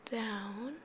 down